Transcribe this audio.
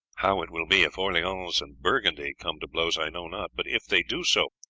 how it will be if orleans and burgundy come to blows i know not but if they do so,